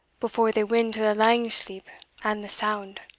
before they win to the lang sleep and the sound!